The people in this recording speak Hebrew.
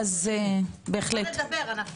נוכל לדבר.